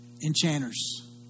enchanters